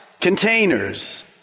containers